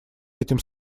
этим